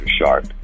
sharp